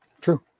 True